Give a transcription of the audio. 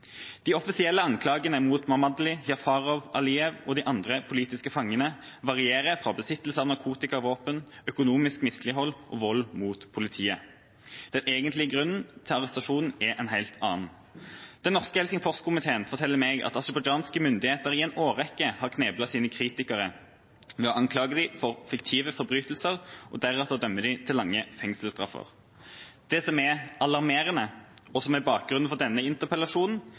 De offisielle anklagene mot Mammadli, Jafarov, Abdullajev og de andre politiske fangene varierer fra besittelse av narkotika og våpen til økonomisk mislighold og vold mot politiet. Den egentlige grunnen til arrestasjonene er en helt annen. Den norske Helsingforskomité forteller meg at aserbajdsjanske myndigheter i en årrekke har kneblet sine kritikere ved å anklage dem for fiktive forbrytelser og deretter dømme dem til lange fengselsstraffer. Det som er alarmerende – og som er bakgrunnen for denne interpellasjonen